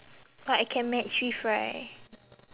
what I can match with right